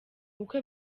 bukwe